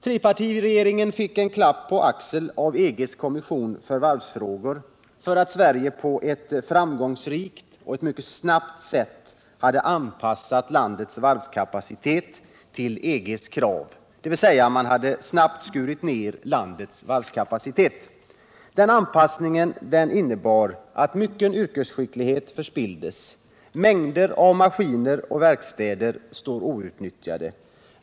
Trepartiregeringen fick en klapp på axeln av EG:s kommission för varvsfrågor för att Sverige på ett framgångsrikt och mycket snabbt sätt hade anpassat landets varvskapacitet till EG:s krav — dvs. man hade snabbt skurit ner landets varvskapacitet. Den anpassningen innebar att mycken yrkesskicklighet förspilldes. Mängder av maskiner och verkstäder står outnyttjade.